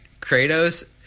Kratos